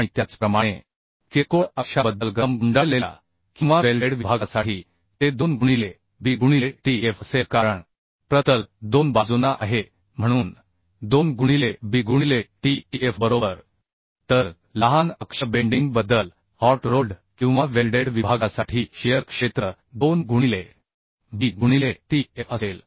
आणि त्याचप्रमाणे किरकोळ अक्षाबद्दल गरम गुंडाळलेल्या किंवा वेल्डेड विभागासाठी ते 2 गुणिले b गुणिले t f असेल कारण प्रतल दोन बाजूंना आहे म्हणून 2 गुणिले b गुणिले t f बरोबर तर लहान अक्ष बेंडिंग बद्दल हॉट रोल्ड किंवा वेल्डेड विभागासाठी शिअर क्षेत्र 2 गुणिलेb गुणिले t f असेल